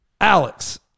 Alex